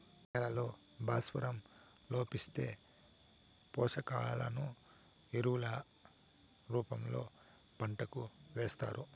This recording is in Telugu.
నేలల్లో భాస్వరం లోపిస్తే, పోషకాలను ఎరువుల రూపంలో పంటకు ఏస్తారు